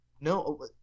No